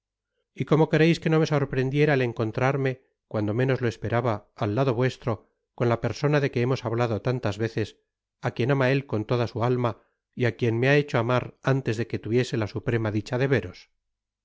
y cómo quereis que no me sorprendiera el encontrarme cuando menos lo esperaba al lado vuestro con la persona de que hemos hablado tantas veces á quien ama él con toda su alma y á quien me ha hecho amar antes de que tuviese la suprema dicha de veros